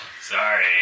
Sorry